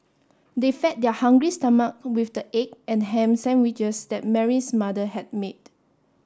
they fed their hungry stomach with the egg and ham sandwiches that Mary's mother had made